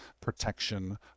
protection